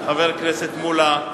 חבר הכנסת מולה,